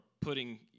putting